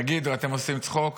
תגידו, אתם עושים צחוק?